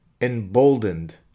emboldened